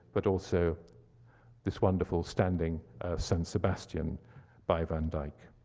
but also this wonderful standing saint sebastian by van dyke.